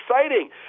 exciting